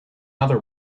other